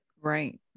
right